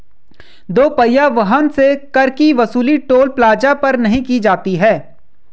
दो पहिया वाहन से कर की वसूली टोल प्लाजा पर नही की जाती है